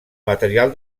material